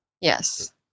Yes